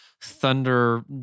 thunder